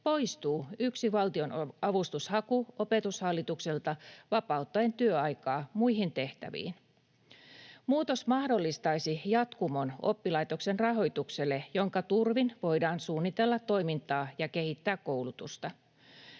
poistuu yksi valtionavustushaku Opetushallitukselta vapauttaen työaikaa muihin tehtäviin. Muutos mahdollistaisi oppilaitoksen rahoitukselle jatkumon, jonka turvin voidaan suunnitella toimintaa ja kehittää koulutusta.